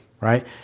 right